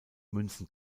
münzen